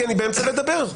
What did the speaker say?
כי אני באמצע לדבר,